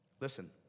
Listen